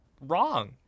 wrong